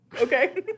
Okay